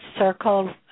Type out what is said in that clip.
Circle